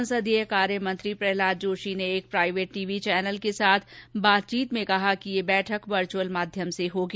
संसदीय कार्य मंत्री प्रहलाद जोशी ने एक प्राइवेट टी वी चैनल के साथ बातचीत में कहा कि यह बैठक वर्चुअल माध्यम से होगी